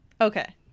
okay